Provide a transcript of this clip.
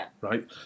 right